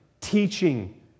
teaching